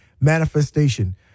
manifestation